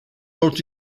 rolled